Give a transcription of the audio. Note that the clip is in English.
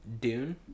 Dune